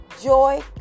joy